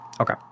Okay